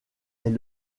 est